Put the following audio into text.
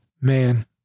man